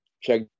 check